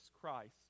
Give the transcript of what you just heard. Christ